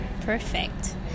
Perfect